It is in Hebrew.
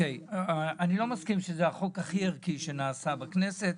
אני לא מסכים שזה החוק הכי ערכי שחוקק בכנסת.